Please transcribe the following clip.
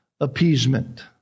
appeasement